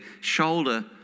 shoulder